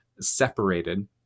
separated